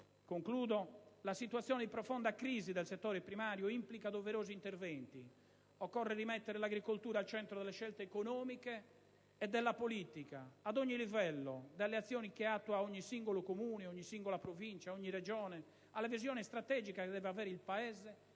concludendo, la situazione di profonda crisi del settore primario implica doverosi interventi: occorre rimettere l'agricoltura al centro delle scelte economiche e della politica, ad ogni livello, dalle azioni che attua ogni singolo Comune, ogni singola Provincia, ogni Regione, alla visione strategica che devono avere il Paese